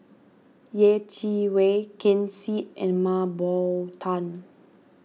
Yeh Chi Wei Ken Seet and Mah Bow Tan